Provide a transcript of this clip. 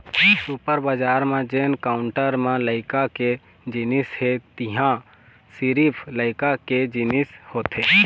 super बजार म जेन काउंटर म लइका के जिनिस हे तिंहा सिरिफ लइका के जिनिस होथे